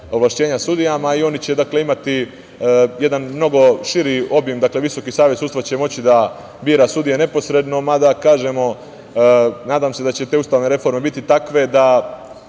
ovlašćenja sudijama i oni će imati jedan mnogo širi obim, dakle, Visoki savet sudstava će moći da bira sudije neposredno, mada kažemo nadam se da će te ustavne reforme biti takve da